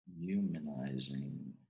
humanizing